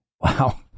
Wow